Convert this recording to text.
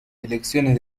elecciones